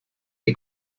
que